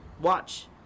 watch